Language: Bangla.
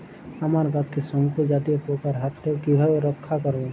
আমার গাছকে শঙ্কু জাতীয় পোকার হাত থেকে কিভাবে রক্ষা করব?